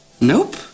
Nope